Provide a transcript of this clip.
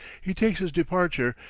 he takes his departure,